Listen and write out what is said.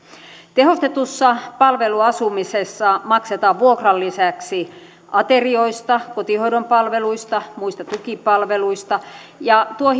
tehostetussa palveluasumisessa maksetaan vuokran lisäksi aterioista kotihoidon palveluista muista tukipalveluista ja tuo